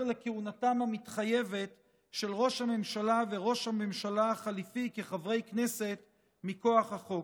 לכהונתם המתחייבת של ראש הממשלה וראש הממשלה החליפי כחברי כנסת מכוח החוק.